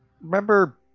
Remember